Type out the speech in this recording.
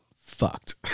fucked